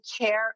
care